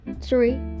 three